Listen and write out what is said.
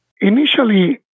Initially